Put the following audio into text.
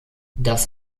das